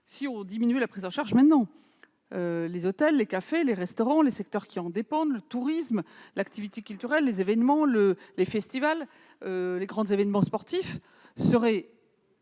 nous diminuions la prise en charge dès maintenant : les hôtels, les cafés, les restaurants, les entreprises qui en dépendent, le secteur touristique, l'activité culturelle, l'événementiel, les festivals, les grands événements sportifs seraient